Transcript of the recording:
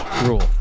rule